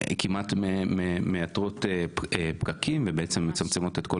לפרלמנטים יש ממש תפקיד מאוד משמעותי לא רק בפיקוח,